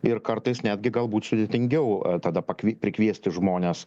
ir kartais netgi galbūt sudėtingiau tada pakvi prikviesti žmones